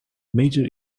major